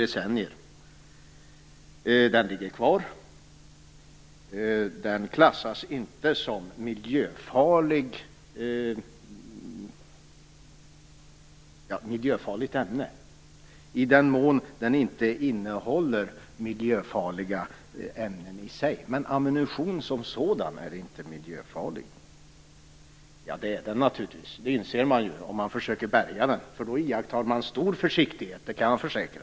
Ammunitionen ligger kvar och klassas inte som miljöfarlig i den mån den inte innehåller miljöfarliga ämnen. Ammunitionen som sådan anses alltså inte vara miljöfarlig, men det är den naturligtvis. Det inser man om man försöker sig på bärgning av ammunition. Då iakktar man stor försiktighet. Det kan jag försäkra.